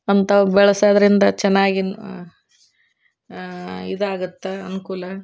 ಅಂಥವು ಬೆಳೆಸೋದರಿಂದ ಚೆನ್ನಾಗಿ ಇದಾಗುತ್ತೆ ಅನುಕೂಲ